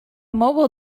mobile